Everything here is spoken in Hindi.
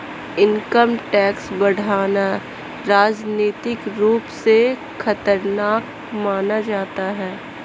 इनकम टैक्स बढ़ाना राजनीतिक रूप से खतरनाक माना जाता है